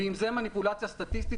אם זה מניפולציה סטטיסטית,